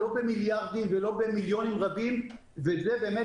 לא במיליארדים ולא במיליונים רבים וזה באמת